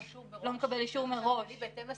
--- לא מקבל אישור מראש מהחשב הכללי בהתאם לסיכום.